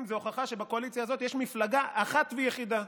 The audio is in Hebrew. זה הוכחה שבקואליציה הזאת יש מפלגה אחת ויחידה.